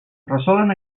resolen